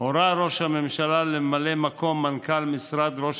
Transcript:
הורה ראש הממשלה לממלא מקום מנכ"ל משרד ראש